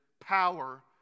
power